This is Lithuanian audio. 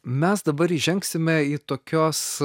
mes dabar įžengsime į tokios